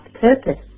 purpose